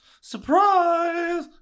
Surprise